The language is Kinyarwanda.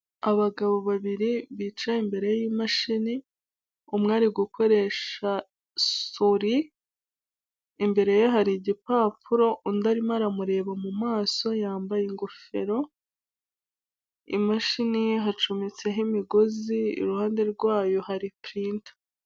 Abagabo babiri bicaye imbere y'imashini, umwe ari gukoresha suri, imbere ye hari igipapuro, undi arimo aramureba mu maso yambaye ingofero, imashini ye hacometseho imigozi iruhande rwayo hari purinta.